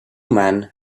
men